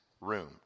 room